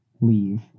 leave